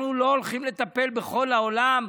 אנחנו לא הולכים לטפל בכל העולם,